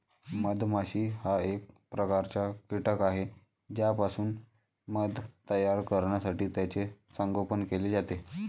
मधमाशी हा एक प्रकारचा कीटक आहे ज्यापासून मध तयार करण्यासाठी त्याचे संगोपन केले जाते